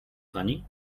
pani